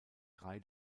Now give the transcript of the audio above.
drei